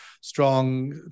strong